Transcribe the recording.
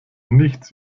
nichts